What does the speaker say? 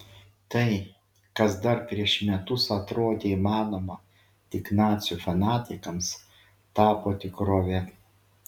tai kas dar prieš metus atrodė įmanoma tik nacių fanatikams tapo tikrove